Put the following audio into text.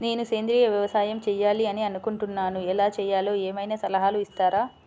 నేను సేంద్రియ వ్యవసాయం చేయాలి అని అనుకుంటున్నాను, ఎలా చేయాలో ఏమయినా సలహాలు ఇస్తారా?